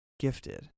gifted